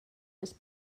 his